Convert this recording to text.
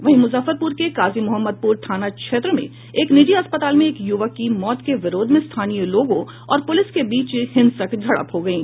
वहीं मुजफ्फरपुर के काजी मोहम्मदपुर थाना क्षेत्र में एक निजी अस्पताल में एक युवक की मौत के विरोध में स्थानीय लोगों और पुलिस के बीच हिंसक झड़प हो गयी